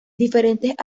diferentes